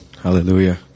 Hallelujah